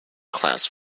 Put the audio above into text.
class